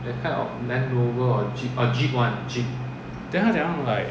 then 他怎么样 like